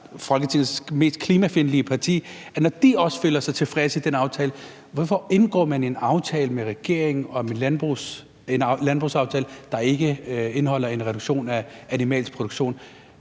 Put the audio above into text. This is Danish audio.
Folketingets mest klimafjendtlige parti, og som også føler sig tilfredse med den aftale? Hvorfor indgår man en landbrugsaftale med regeringen, der ikke indeholder en reduktion af animalsk produktion?